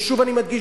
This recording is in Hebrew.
ושוב אני מדגיש,